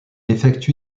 effectue